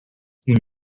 you